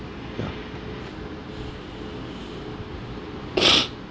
ya